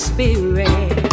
Spirit